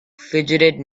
fidgeted